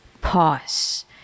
Pause